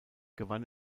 gewann